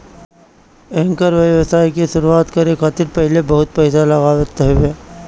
एकर व्यवसाय के शुरुआत करे खातिर पहिले बहुते पईसा लागत हवे